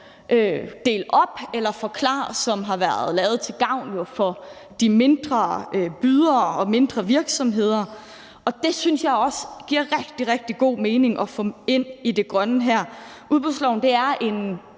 del op, eller forklar-princippet, som jo har været lavet til gavn for de mindre bydere og mindre virksomheder. Det synes jeg også giver rigtig, rigtig god mening at få ind i det grønne her. Udbudsloven er en